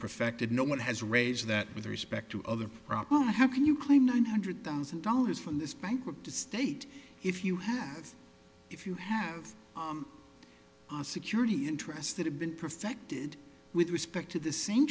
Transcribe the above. perfected no one has raised that with respect to other problem how can you claim one hundred thousand dollars from this bankrupt estate if you have if you have a security interests that have been perfected with respect to the same